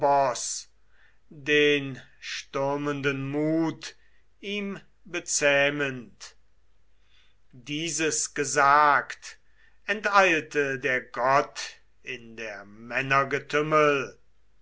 den kampf freiwillig vermeidet dieses gesagt enteilte der gott in der